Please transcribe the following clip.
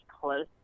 close